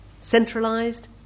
centralised